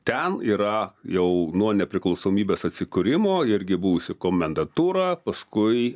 ten yra jau nuo nepriklausomybės atsikūrimo irgi buvusi komendatūra paskui